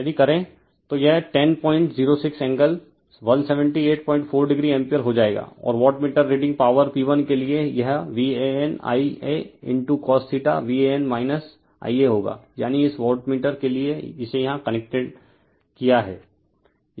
refer slide time 1511 यदि करें तो यह 1006 एंगल 1784 o एम्पीयर हो जाएगा और वाटमीटर रीडिंग पावर P1के लिए यह VANIacosVAN Ia होगा यानी इस वाटमीटर के लिए इसे यहां कनेक्टेड किया है